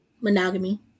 Monogamy